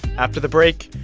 after the break